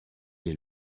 est